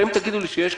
אם תגידו לי נשמע